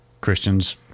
Christians